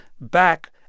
back